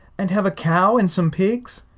and have a cow and some pigs!